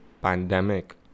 pandemic